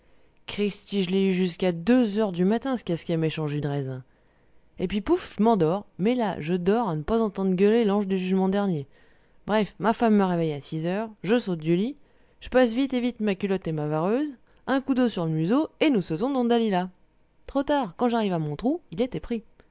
cristi je l'ai eu jusqu'à deux heures du matin ce casque à mèche en jus de raisin et puis pouf je m'endors mais là je dors à n'pas entendre gueuler l'ange du jugement dernier bref ma femme me réveille à six heures je saute du lit j'passe vite et vite ma culotte et ma vareuse un coup d'eau sur le museau et nous sautons dans dalila trop tard quand j'arrive à mon trou il était pris